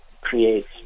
creates